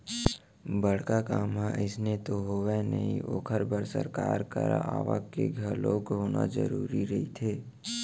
बड़का काम ह अइसने तो होवय नही ओखर बर सरकार करा आवक के घलोक होना जरुरी रहिथे